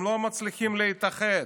הם לא מצליחים להתאחד.